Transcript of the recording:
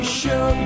show